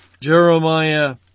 Jeremiah